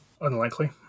unlikely